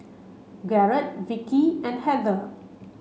Garrett Vikki and Heather